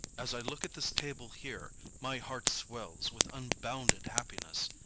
as i look at this table here, my heart swells with unbounded happiness.